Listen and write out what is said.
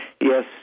yes